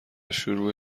شروع